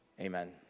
Amen